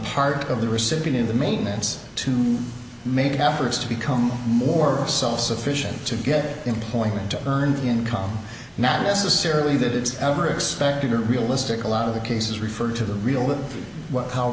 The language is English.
part of the recipient of the maintenance to make efforts to become more self sufficient to get employment to earn income not necessarily that it's ever expected or realistic a lot of the cases refer to the